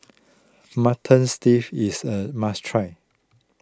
Mutton is a must try